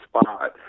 spot